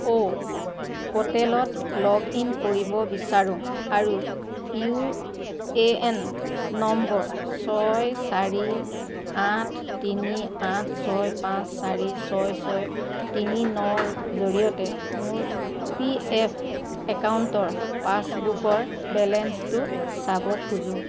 অ পৰ্টেলত log in কৰিব বিচাৰো আৰু ইউ এ এন নম্বৰ ছয় চাৰি আঠ তিনি আঠ ছয় পাঁচ চাৰি ছয় ছয় তিনি ন ৰ জৰিয়তে মোৰ পি এফ একাউণ্টৰ পাছবুকৰ বেলেঞ্চটো চাব খোজো